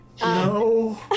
No